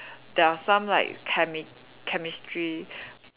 there are some like Chemi~ Chemistry